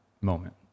moment